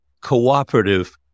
cooperative